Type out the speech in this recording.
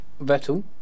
Vettel